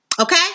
Okay